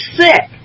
sick